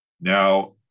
Now